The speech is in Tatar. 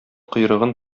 койрыгын